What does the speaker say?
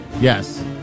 Yes